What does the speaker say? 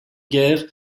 guerre